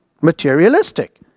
materialistic